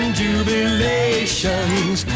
jubilations